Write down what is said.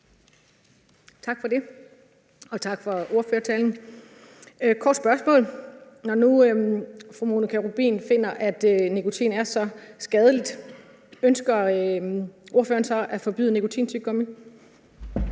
Tak for det, og tak for ordførertalen. Jeg har et kort spørgsmål. Når nu fru Monika Rubin finder, at nikotin er så skadeligt, ønsker ordføreren så at forbyde nikotintyggegummi?